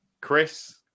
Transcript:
Chris